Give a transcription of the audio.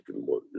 more